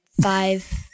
five